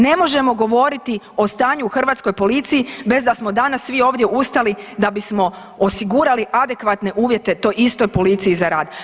Ne možemo govoriti o stanju u hrvatskoj policiji bez da smo danas svi ovdje ustali da bismo osigurali adekvatne uvjete toj istoj policiji za rad.